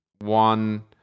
one